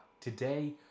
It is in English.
today